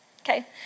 okay